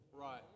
Right